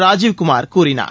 ராஜீவ் குமார் கூறினார்